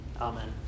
Amen